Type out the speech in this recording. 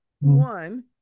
one